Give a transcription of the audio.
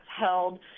held